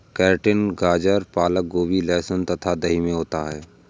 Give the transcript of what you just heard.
keratin गाजर पालक गोभी लहसुन तथा दही में होता है